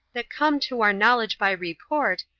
that came to our knowledge by report,